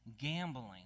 gambling